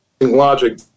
logic